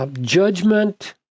judgment